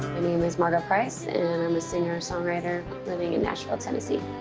name is margo price, and i'm a singer-songwriter living in nashville, tennessee.